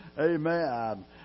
Amen